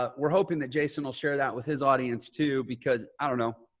ah we're hoping that jason will share that with his audience too, because i don't know,